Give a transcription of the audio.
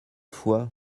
fois